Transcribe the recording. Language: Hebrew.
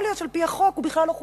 להיות שעל-פי החוק הוא בכלל לא חוקי.